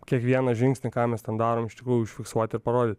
kiekvieną žingsnį ką mes ten darom iš tikrųjų užfiksuoti ir parodyt